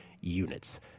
units